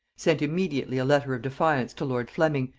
sent immediately a letter of defiance to lord fleming,